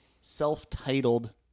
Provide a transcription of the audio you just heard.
self-titled